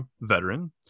veteran